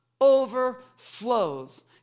overflows